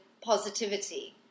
positivity